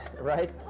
right